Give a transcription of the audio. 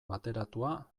bateratua